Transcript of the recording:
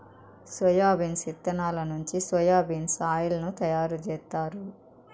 soybeans ఇత్తనాల నుంచి soya bean oil ను తయారు జేత్తారు